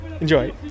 Enjoy